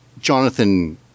Jonathan